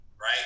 right